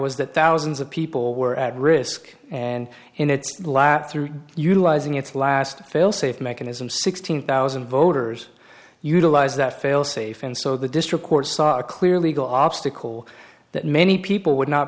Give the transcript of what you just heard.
was that thousands of people were at risk and in its lap through utilizing its last failsafe mechanism sixteen thousand voters utilize that failsafe and so the district court saw a clear legal obstacle that many people would not